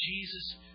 Jesus